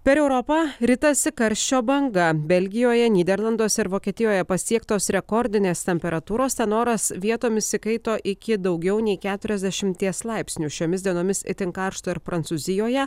per europą ritasi karščio banga belgijoje nyderlanduose ir vokietijoje pasiektos rekordinės temperatūros ten oras vietomis įkaito iki daugiau nei keturiasdešimties laipsnių šiomis dienomis itin karšta ir prancūzijoje